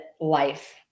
life